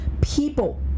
people